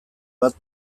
bat